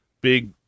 big